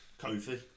Kofi